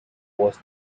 was